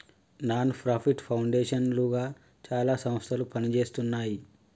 non profit foundation లుగా చాలా సంస్థలు పనిజేస్తున్నాయి